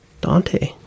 Dante